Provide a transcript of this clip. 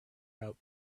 route